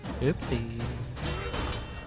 Oopsie